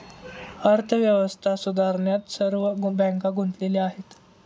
अर्थव्यवस्था सुधारण्यात सर्व बँका गुंतलेल्या आहेत